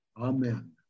Amen